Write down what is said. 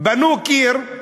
בנו קיר,